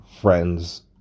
friends